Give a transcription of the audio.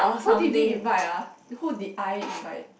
who did we invite ah who did I invite